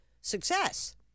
success